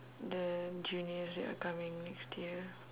the juniors that are coming next year